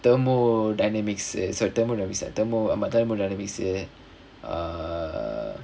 thermodynamics sorry thermodynamics ஆமா:aamaa thermodynamics err